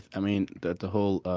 i mean, that the whole